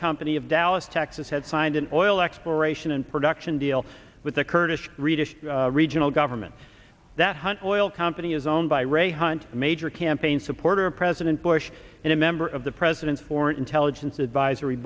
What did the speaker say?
company of dallas texas had signed an oil exploration and production deal with the kurdish region regional government that hunt oil company is owned by ray hunt a major campaign supporter of president bush and a member of the president's foreign intelligence advisory